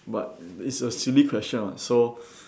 but it's a silly question [what] so